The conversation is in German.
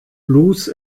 blues